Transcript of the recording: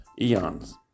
eons